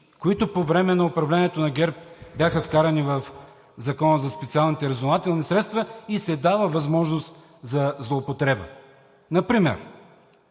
които по време на управлението на ГЕРБ бяха вкарани в Закона за специални разузнавателни средства и се дава възможност за злоупотреба. Например,